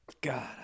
God